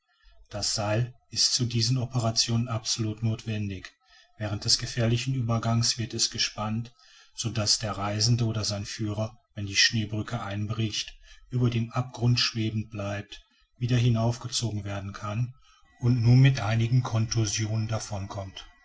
das seil ist zu diesen operationen absolut nothwendig während des gefährlichen uebergangs wird es gespannt so daß der reisende oder sein führer wenn die schneebrücke einbricht über dem abgrunde schweben bleibt wieder heraufgezogen werden kann und nur mit einigen contusionen davonkommt